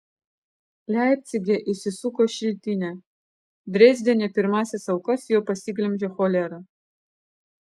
leipcige įsisuko šiltinė drezdene pirmąsias aukas jau pasiglemžė cholera